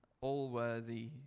all-worthy